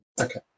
okay